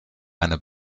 eine